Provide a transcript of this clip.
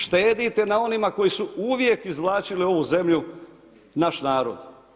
Štedite na onima koji su uvijek izvlačili ovu zemlju, naš narod.